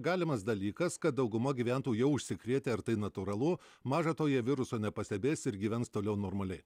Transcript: galimas dalykas kad dauguma gyventojų jau užsikrėtę ar tai natūralu maža to jie viruso nepastebės ir gyvens toliau normaliai